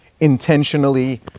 intentionally